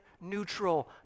neutral